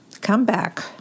comeback